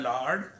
Lord